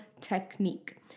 technique